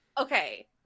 Okay